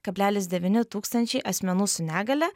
kablelis devyni tūkstančiai asmenų su negalia